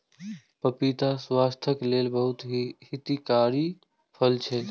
पपीता स्वास्थ्यक लेल बहुत हितकारी फल छै